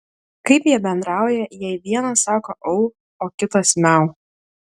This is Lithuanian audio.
kaip jie bendrauja jei vienas sako au o kitas miau